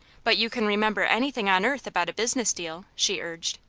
but you can remember anything on earth about a business deal, she urged.